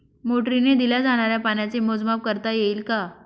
मोटरीने दिल्या जाणाऱ्या पाण्याचे मोजमाप करता येईल का?